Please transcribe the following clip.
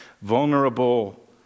vulnerable